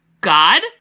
god